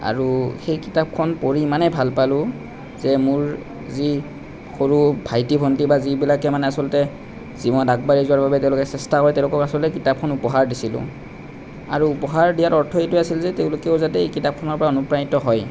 আৰু সেই কিতাপখন পঢ়ি ইমানেই ভাল পালোঁ যে মোৰ যি সৰু ভাইটী ভন্টি বা যিবিলাকে মানে আচলতে জীৱনত আগবাঢ়ি যোৱাৰ বাবে তেওঁলোকে চেষ্টা কৰে তেওঁলোকক আচলতে কিতাপখন উপহাৰ দিছিলোঁ আৰু উপহাৰ দিয়াৰ অৰ্থ এইটোৱে আছিল যে তেওঁলোকেও যাতে এই কিতাপখনৰ পৰা অনুপ্ৰাণিত হয়